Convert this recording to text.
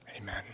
amen